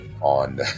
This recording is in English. on